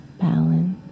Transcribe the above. balance